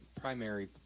primary